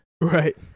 Right